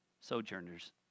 sojourners